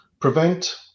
prevent